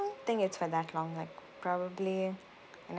don't think it's for that long like probably in